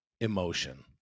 emotion